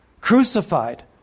crucified